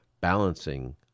Balancing